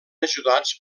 ajudats